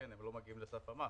כי הם לא מגיעים לסף המס,